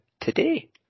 today